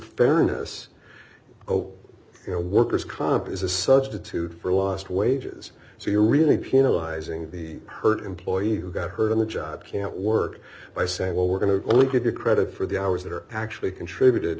fairness open you know workers comp is a substitute for lost wages so you're really penalizing the hurt employee who got hurt on the job can't work by saying well we're going to only give you credit for the hours that are actually contributed